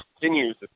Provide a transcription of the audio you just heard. continues